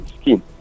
scheme